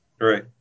Right